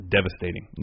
Devastating